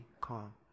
calm